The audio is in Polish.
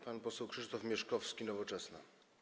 Pan poseł Krzysztof Mieszkowski, Nowoczesna.